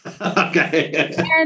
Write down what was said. Okay